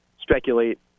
speculate